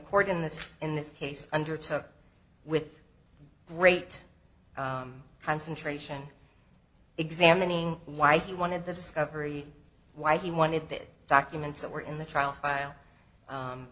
court in this in this case under took with great concentration examining why he wanted the discovery why he wanted the documents that were in the trial